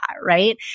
right